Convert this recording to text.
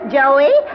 joey